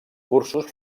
cursos